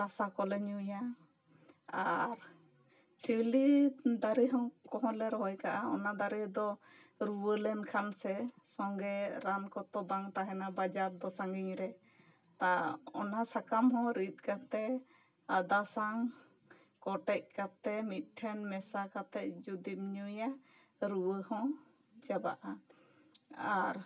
ᱨᱟᱥᱟ ᱠᱚ ᱞᱮ ᱧᱩᱭᱟ ᱟᱨ ᱥᱤᱣᱞᱤ ᱫᱟᱨᱮ ᱦᱚᱸ ᱠᱚᱦᱚᱸ ᱞᱮ ᱨᱚᱦᱚᱭ ᱠᱟᱜᱼᱟ ᱚᱱᱟ ᱫᱟᱨᱮ ᱫᱚ ᱨᱩᱣᱟᱹ ᱞᱮᱱ ᱠᱷᱟᱱ ᱥᱮ ᱥᱚᱝᱜᱮ ᱨᱟᱱ ᱠᱚ ᱛᱚ ᱵᱟᱝ ᱛᱟᱦᱮᱱᱟ ᱵᱟᱡᱟᱨ ᱫᱚ ᱥᱟᱺᱜᱤᱧ ᱨᱮ ᱛᱟ ᱚᱱᱟ ᱥᱟᱠᱟᱢ ᱦᱚᱸ ᱨᱤᱫ ᱠᱟᱛᱮᱜ ᱟᱫᱟ ᱥᱟᱝ ᱠᱚᱴᱮᱡ ᱠᱟᱛᱮᱜ ᱢᱤᱫ ᱴᱷᱮᱱ ᱢᱮᱥᱟ ᱠᱟᱛᱮᱜ ᱡᱩᱫᱤᱢ ᱧᱩᱭᱟ ᱨᱩᱣᱟᱹ ᱦᱚᱸ ᱪᱟᱵᱟᱜᱼᱟ ᱟᱨ